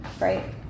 right